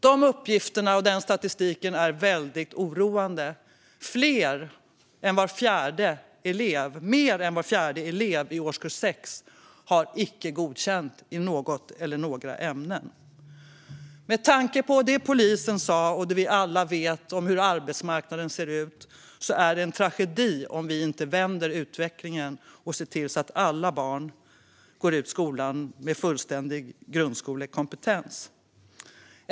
De uppgifterna och den statistiken är väldigt oroande. Mer än var fjärde elev i årskurs 6 har icke godkänt i något eller några ämnen. Med tanke på det polisen sa och det vi alla vet om hur arbetsmarknaden ser ut är det en tragedi om vi inte vänder utvecklingen och ser till att alla barn går ut skolan med fullständig grundskolekompetens.